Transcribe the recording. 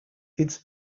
its